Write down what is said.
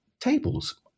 tables